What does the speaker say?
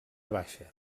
baixa